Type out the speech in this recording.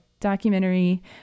documentary